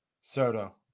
Soto